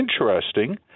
interesting